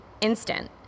instant